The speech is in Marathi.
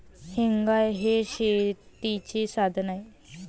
हेंगा हे शेतीचे साधन आहे